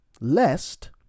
lest